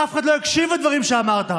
אף אחד לא הקשיב לדברים שאמרת,